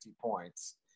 points